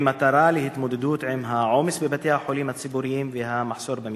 במטרה להתמודד עם העומס בבתי-החולים הציבוריים והמחסור במיטות.